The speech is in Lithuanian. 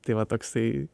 tai va toksai